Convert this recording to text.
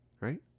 right